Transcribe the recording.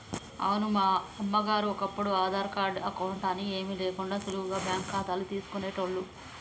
అవును అమ్మగారు ఒప్పుడు ఈ ఆధార్ కార్డు అకౌంట్ అని ఏమీ లేకుండా సులువుగా బ్యాంకు ఖాతాలు తీసుకునేటోళ్లు